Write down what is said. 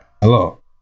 Hello